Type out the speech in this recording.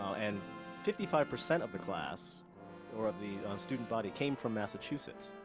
and fifty five percent of the class or of the student body came from massachusetts.